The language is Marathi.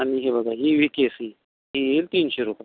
आणि हे बघा ही वी के सीही येईल तीनशे रुपयाला